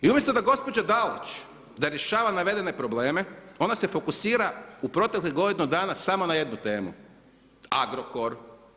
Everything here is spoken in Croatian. I umjesto da gospođa Dalić, da rješava navedene probleme, ona se fokusira u proteklih godinu dana samo na jednu temu, Agrokor.